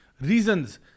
reasons